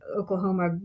Oklahoma